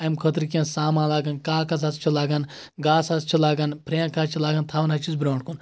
اَمہِ خٲطرٕ کیٚنٛہہ سامان لگان کاغز حظ چھ لگان گاسہٕ حظ چھ لَگان پھرینٛک حظ چھ لَگان تھاوان حظ چھس برونٛٹھ کُن